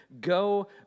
go